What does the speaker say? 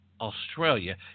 Australia